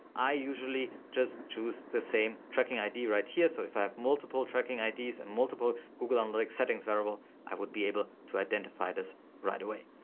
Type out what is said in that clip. i usually just choose the same tracking id right here. so if i have multiple tracking ids and multiple google analytics settings variable i would be able to identify this right away.